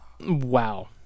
Wow